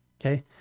okay